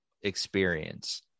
experience